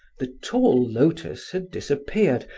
the tall lotus had disappeared,